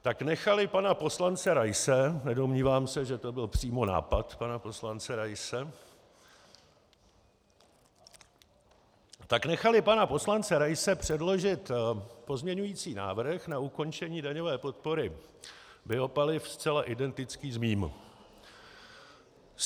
Tak nechali pana poslance Raise nedomnívám se, že to byl přímo nápad pana poslance Raise tak nechali pana poslance Raise předložit pozměňující návrh na ukončení daňové podpory biopaliv zcela identický s mým.